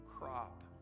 crop